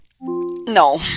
No